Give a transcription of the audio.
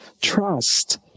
Trust